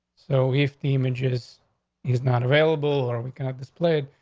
so if the images is not available or we can have this place,